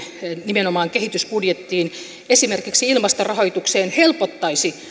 nimenomaan kehitysbudjettiin esimerkiksi ilmastorahoitukseen helpottaisi